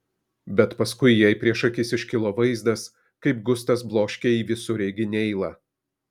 bet paskui jai prieš akis iškilo vaizdas kaip gustas bloškia į visureigį neilą